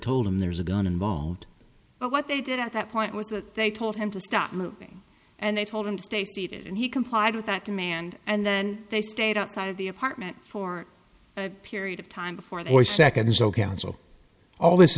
told him there's a gun involved but what they did at that point was that they told him to stop moving and they told him to stay seated and he complied with that demand and then they stayed outside of the apartment for a period of time before they second so counsel